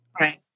Right